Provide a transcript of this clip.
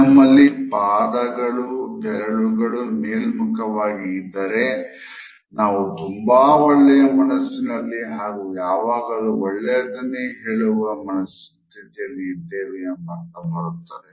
ನಮ್ಮ ಪಾದದ ಬೆರಳುಗಳು ಮೇಲ್ಮುಖವಾಗಿ ಈದರೆ ನಾವು ತುಂಬಾ ಒಳ್ಳೆಯ ಮನಸಿನ್ನಲ್ಲಿ ಹಾಗು ಯಾವಾಗಲೂ ಒಳ್ಳೆಯದನ್ನೇ ಕೇಳುವ ಮನಸ್ಥಿತಿಯಲ್ಲಿ ಇದ್ದೇವೆ ಎಂಬರ್ಥ ಬರುತ್ತದೆ